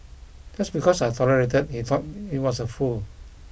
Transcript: just because I tolerated he thought he was a fool